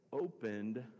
opened